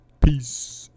Peace